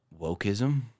wokeism